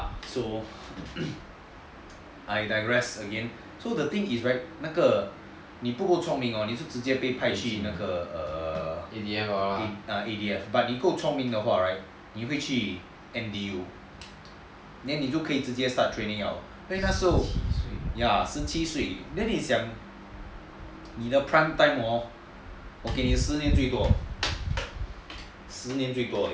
so I digress again so the thing is right 不聪明的话你是直接被派去 A_D_F but 你够聪明的话你就直接被派去 N_D_U then 你就可以直接 start training liao 因为那时候十七岁你的 prime time hor 我给你十年最多十年最多而已我在